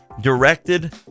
directed